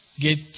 get